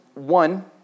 One